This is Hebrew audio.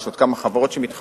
ויש עוד כמה חברות שמתחרות,